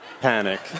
panic